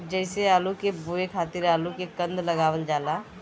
जइसे आलू के बोए खातिर आलू के कंद लगावल जाला